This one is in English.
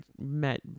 met